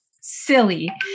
silly